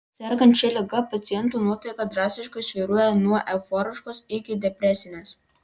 sergant šia liga paciento nuotaika drastiškai svyruoja nuo euforiškos iki depresinės